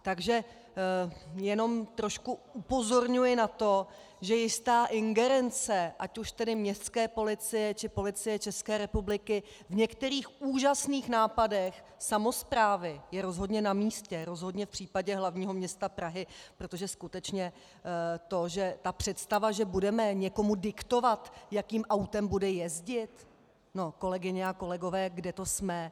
Takže jenom trošku upozorňuji na to, že jistá ingerence, ať už tedy městské policie, či Policie ČR v některých úžasných nápadech samosprávy je rozhodně na místě, rozhodně v případě hlavního města Prahy, protože skutečně to, že je představa, že budeme někomu diktovat, jakým autem bude jezdit no, kolegyně a kolegové, kde to jsme?